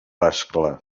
ascla